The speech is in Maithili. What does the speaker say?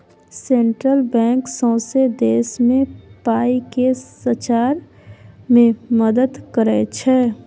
सेंट्रल बैंक सौंसे देश मे पाइ केँ सचार मे मदत करय छै